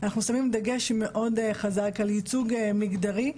אנחנו שמים דגש מאוד חזק על ייצוג מגדרי,